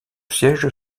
siège